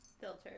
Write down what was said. filter